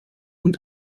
und